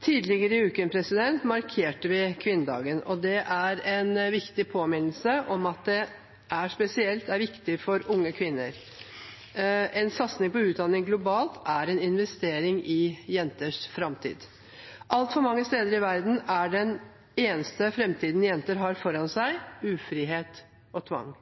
Tidligere i uken markerte vi kvinnedagen. Det er en viktig påminnelse om at det er spesielt viktig for unge kvinner. Satsing på utdanning globalt er en investering i jenters framtid. Altfor mange steder i verden er den eneste framtiden jenter har foran seg, ufrihet og tvang.